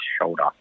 shoulder